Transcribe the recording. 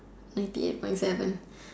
ninety eight point seven